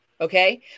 Okay